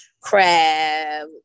crab